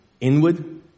inward